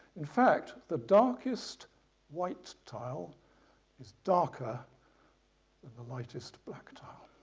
in fact the darkest white tile is darker than the lightest black tile.